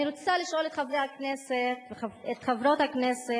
אני רוצה לשאול את חברי הכנסת ואת חברות הכנסת,